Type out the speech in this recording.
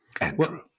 Andrew